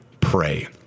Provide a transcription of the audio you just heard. pray